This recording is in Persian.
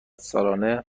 سالانه